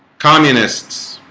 communists,